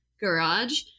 garage